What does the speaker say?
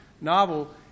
novel